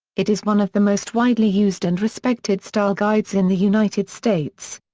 it is one of the most widely used and respected style guides in the united states.